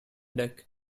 deck